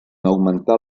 augmentar